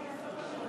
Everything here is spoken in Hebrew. כנסת.